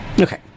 Okay